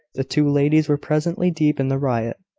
the two ladies were presently deep in the riot,